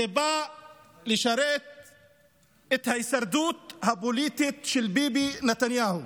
את ההישרדות הפוליטית של ביבי נתניהו,